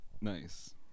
Nice